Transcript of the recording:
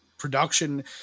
production